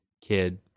kid